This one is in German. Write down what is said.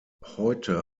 heute